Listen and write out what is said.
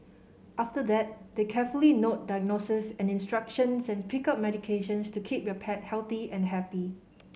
after that they carefully note diagnoses and instructions and pick up medications to keep your pet healthy and happy